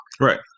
right